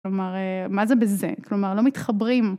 כלומר, מה זה "בזה"? כלומר, לא מתחברים.